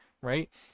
right